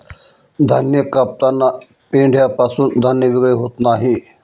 धान्य कापताना पेंढ्यापासून धान्य वेगळे होत नाही